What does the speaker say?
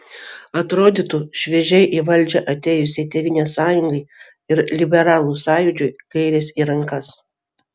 atrodytų šviežiai į valdžią atėjusiai tėvynės sąjungai ir liberalų sąjūdžiui gairės į rankas